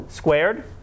squared